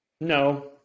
No